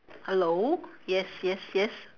hello yes yes yes